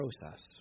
process